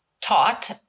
taught